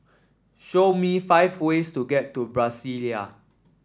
show me five ways to get to Brasilia